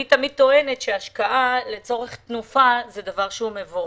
אני תמיד טוענת שהשקעה לצורך תנופה הוא דבר מבורך.